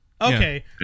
Okay